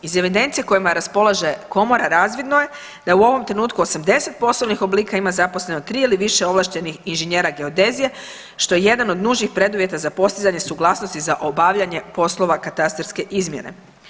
Iz evidencije kojom raspolaže komora razvidno je da je u ovom trenutku 80 poslovnih oblika ima zaposleno tri ili više ovlaštenih inženjera geodezije što je jedan od nužnih preduvjeta za postizanje suglasnosti za obavljanje poslova katastarske izmjere.